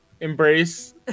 Embrace